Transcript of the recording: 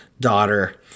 daughter